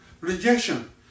rejection